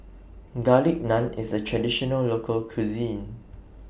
Garlic Naan IS A Traditional Local Cuisine